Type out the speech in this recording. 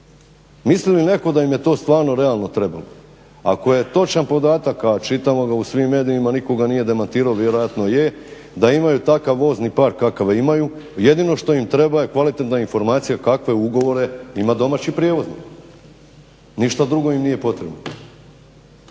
Nisam ni rekao da im je to stvarno realno trebalo, ako je točan podatak a čitamo ga u svim medijima, nitko ga nije demantirao, vjerojatno je da imaju takav vozni park kakav imaju, jedino što im treba je kvalitetna informacija kakve ugovore ima domaći prijevoznik. Ništa drugo im nije potrebno.